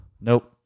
Nope